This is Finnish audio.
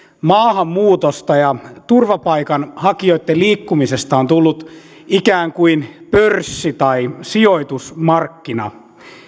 maahanmuutosta ja turvapaikanhakijoitten liikkumisesta on tullut ikään kuin pörssi tai sijoitusmarkkinat